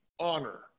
honor